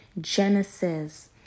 Genesis